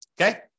Okay